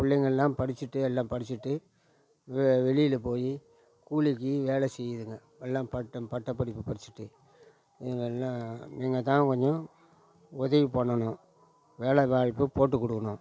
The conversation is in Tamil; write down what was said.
பிள்ளைங்க எல்லாம் படித்துட்டு எல்லாம் படித்துட்டு வெ வெளியில் போய் கூலிக்கு வேலை செய்யுதுங்க எல்லாம் பட்டம் பட்டப் படிப்பு படித்துட்டு நீங்கள் எல்லா நீங்கள் தான் கொஞ்சம் உதவி பண்ணணும் வேலை வாய்ப்பு போட்டு கொடுக்கணும்